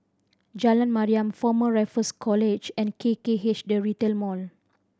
Jalan Mariam Former Raffles College and K K H The Retail Mall